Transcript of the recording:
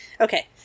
Okay